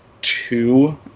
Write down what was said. two